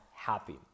happy